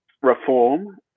reform